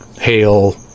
hail